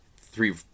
three